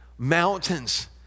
Mountains